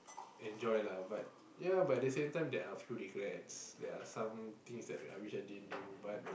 enjoy lah but there are few regrets I wish there was somethings that I wish I didn't do but